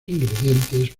ingredientes